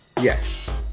Yes